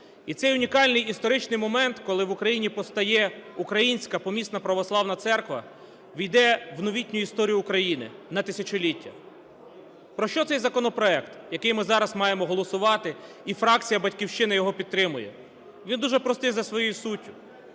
І цей унікальний історичний момент, коли в Україні постає Українська помісна Православна Церква, ввійде в новітню історію України на тисячоліття. Про що цей законопроект, який ми зараз маємо голосувати, і фракція "Батьківщина" його підтримує? Від дуже простий за своєю суттю.